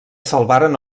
salvaren